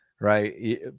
right